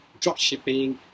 dropshipping